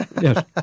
Yes